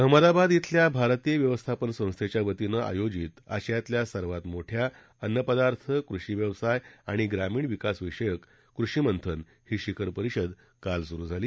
अहमदाबाद खिल्या भारतीय व्यवस्थापन संस्थेच्या वतीनं आयोजित आशियातल्या सर्वात मोठ्या अन्नपदार्थ कृषी व्यवसाय आणि ग्रामीण विकासविषयक कृषीमंथन ही शिखर परिषद काल सुरु झाली